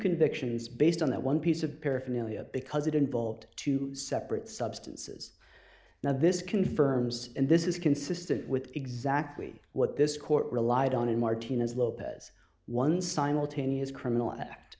convictions based on that one piece of paraphernalia because it involved two separate substances now this confirms and this is consistent with exactly what this court relied on in martina's lopez one simultaneous criminal act